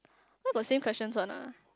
why got same questions one ah